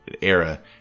era